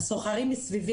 הסוחרים מסביבי,